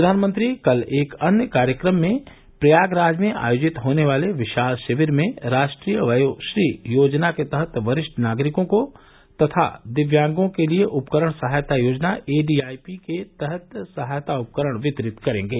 प्रधानमंत्री कल एक अन्य कार्यक्रम में प्रयागराज में आयोजित होने वाले विशाल शिविर में राष्ट्रीय क्योश्री योजना के तहत वरिष्ठ नागरिकों को तथा दिव्यांगों के लिए उपकरण सहायता योजना एडीआईपी के तहत सहायता उपकरण वितरित करेंगे